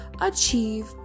achieve